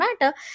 matter